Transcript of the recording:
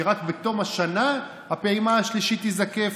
שרק בתום השנה הפעימה השלישית תיזקף,